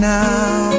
now